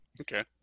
Okay